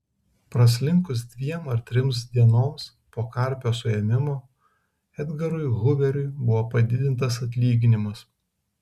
praslinkus dviem ar trims dienoms po karpio suėmimo edgarui huveriui buvo padidintas atlyginimas